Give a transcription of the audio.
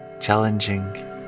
challenging